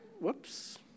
whoops